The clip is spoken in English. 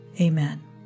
Amen